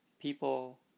people